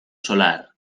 solar